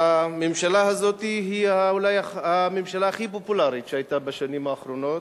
הממשלה הזאת היא אולי הממשלה הכי פופולרית שהיתה בשנים האחרונות,